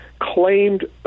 claimed